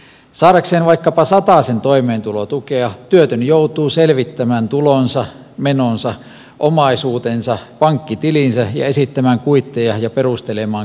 saadakseen vaikkapa satasen toimeentulotukea työtön joutuu selvittämään tulonsa menonsa omaisuutensa pankkitilinsä ja esittämään kuitteja ja perustelemaan kaikki tarpeensa